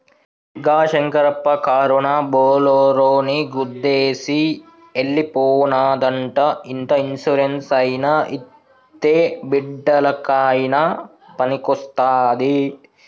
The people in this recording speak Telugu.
గా శంకరప్ప కారునా బోలోరోని గుద్దేసి ఎల్లి పోనాదంట ఇంత ఇన్సూరెన్స్ అయినా ఇత్తే బిడ్డలకయినా పనికొస్తాది